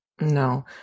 No